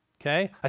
okay